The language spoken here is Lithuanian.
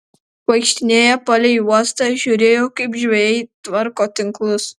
vaikštinėjo palei uostą žiūrėjo kaip žvejai tvarko tinklus